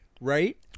right